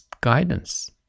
guidance